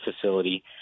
facility